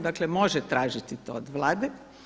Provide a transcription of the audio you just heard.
Dakle, može tražiti to od Vlade.